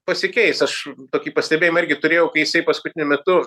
pasikeis aš tokį pastebėjimą irgi turėjau kai jisai paskutiniu metu